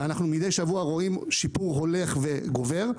ומידי שבוע אנחנו רואים שיפור הולך וגובר.